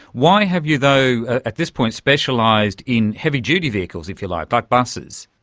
why have you though at this point specialised in heavy-duty vehicles, if you like, but buses?